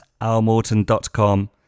almorton.com